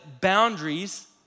boundaries